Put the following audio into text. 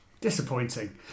disappointing